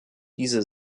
diese